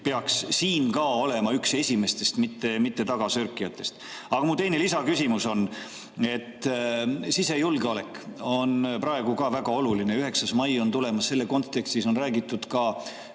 peaks ka siin olema üks esimestest, mitte tagasörkijatest. Aga mu teine küsimus on see. Sisejulgeolek on praegu ka väga oluline, 9. mai on tulemas. Selles kontekstis on räägitud